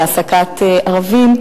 להעסקת ערבים,